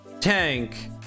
tank